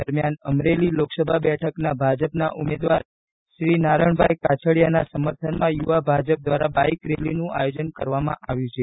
દરમ્યાન અમરેલી લોકસભા બેઠકના ભાજપના ઉમેદવાર શ્રી નારણભાઇ કાછડીયાના સમર્થનમાં યુવા ભાજપ દ્વારા બાઇક રેલીનું આયોજન કરવામાં આવ્યું છે